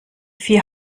vier